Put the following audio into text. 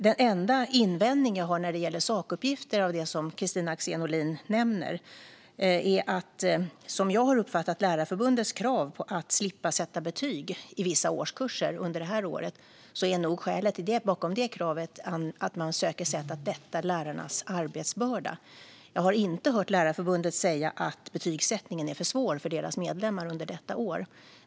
Den enda invändning jag har när det gäller sakuppgifter i det Kristina Axén Olin nämner är att skälet till Lärarförbundets krav på att slippa sätta betyg i vissa årskurser under det här året är, som jag har uppfattat det, att man söker sätt att lätta lärarnas arbetsbörda. Jag har inte hört Lärarförbundet säga att betygsättningen är för svår för deras medlemmar under detta år.